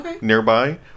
nearby